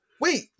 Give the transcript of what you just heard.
wait